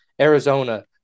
Arizona